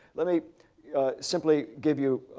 let me simply give you